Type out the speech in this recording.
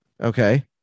okay